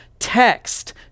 text